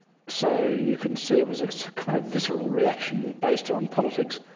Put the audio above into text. so you can see it was a kind of visceral reaction based on politics.